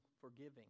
forgiving